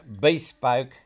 bespoke